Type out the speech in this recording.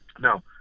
Now